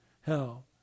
hell